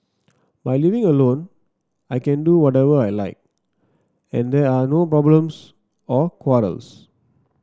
by living alone I can do whatever I like and there are no problems or quarrels